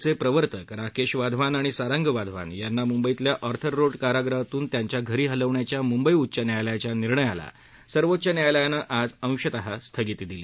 चे प्रवर्तक राकेश वाधवान आणि सारंग वाधवान यांना मुंबईतल्या ऑर्थर रोड कारागृहातून त्यांच्या घरी हलवण्याच्या मुंबई उच्च न्यायालयाच्या निर्णयाला सर्वोच्च न्यायालयानं आज अंशतः स्थगिती दिली